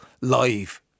live